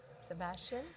Sebastian